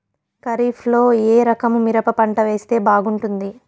ఖరీఫ్ లో ఏ రకము మిరప పంట వేస్తే బాగుంటుంది